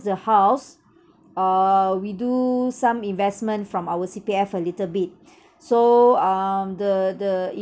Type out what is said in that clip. the house uh we do some investment from our C_P_F a little bit so um the the